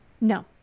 no